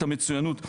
את המצוינות.